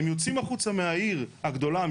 מי שרוצה קבורה בקומות,